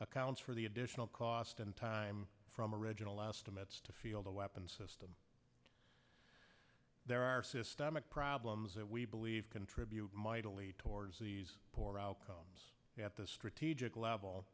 accounts for the additional cost in time from original estimates to field a weapons system there are systemic problems that we believe contribute mightily towards these poor outcomes at the strategic level